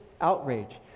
outrage